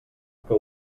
que